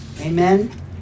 amen